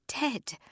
dead